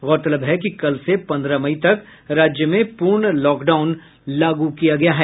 गौरतलब है कि कल से पंद्रह मई तक राज्य में पूर्ण लॉकडाउन लागू किया गया है